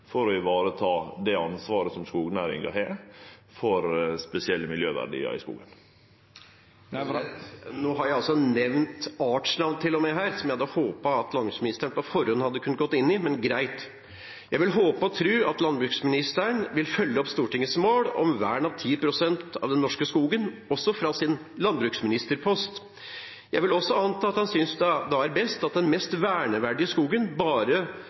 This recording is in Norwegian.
for å vareta det ansvaret som skognæringa har for spesielle miljøverdiar i skogen. Nå har jeg til og med nevnt artsnavn her, som jeg hadde håpet at landbruksministeren på forhånd hadde gått inn i – men greit. Jeg vil håpe og tro at landbruksministeren vil følge opp Stortingets mål om vern av 10 pst. av den norske skogen – også fra sin landbruksministerpost. Jeg vil også anta at han synes det da er best at den mest verneverdige skogen bør være blant de ti prosentene. Landsskogstakseringen har påvist at bare